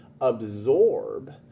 absorb